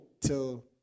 till